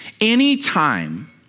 Anytime